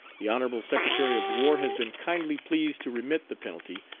the honorable secretary of war has been kindly pleased to remit the penalty,